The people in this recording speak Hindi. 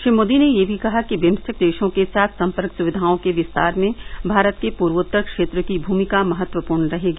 श्री मोदी ने यह भी कहा कि बिम्स्टेक देशों के साथ संपर्क सुविधाओं के विस्तार में भारत के पूर्वोत्तर क्षेत्र की भूमिका महत्वपूर्ण रहेगी